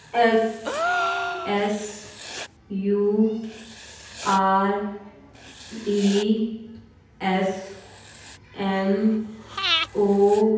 S S U R E S M O